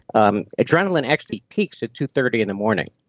um adrenaline actually peaks at two thirty in the morning.